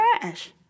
trash